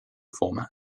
format